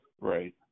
Right